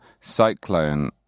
Cyclone